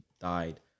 died